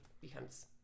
becomes